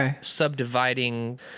subdividing